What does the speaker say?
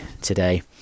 today